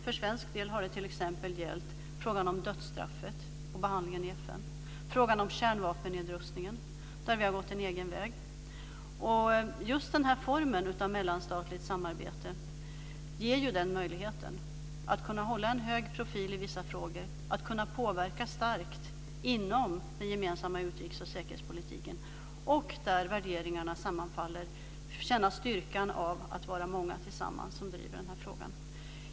För svensk del har det t.ex. gällt frågan om dödsstraffets behandling i FN och frågan om kärnvapennedrustningen, där vi har gått en egen väg. Just den här formen av mellanstatligt samarbete ger möjlighet att hålla en hög profil i vissa frågor och att påverka starkt inom den gemensamma utrikes och säkerhetspolitiken. Samtidigt kan man där värderingarna sammanfaller känna styrkan av att många tillsammans driver frågorna.